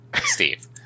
Steve